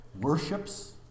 worships